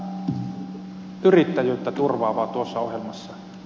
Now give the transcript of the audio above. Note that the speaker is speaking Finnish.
mitä yrittäjyyttä turvaavaa tuossa ohjelmassa on